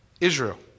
Israel